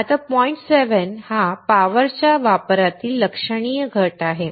आता पॉइंट 7 हा पॉवरच्या वापरातील लक्षणीय घट आहे